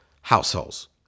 households